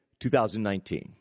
2019